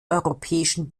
europäischen